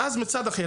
ואז מצד אחר,